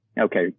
okay